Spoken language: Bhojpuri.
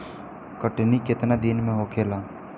कटनी केतना दिन में होखेला?